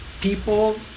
people